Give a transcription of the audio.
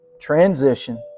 Transition